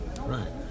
Right